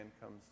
comes